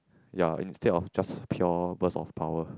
ya instead of just pure boost of power